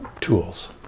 tools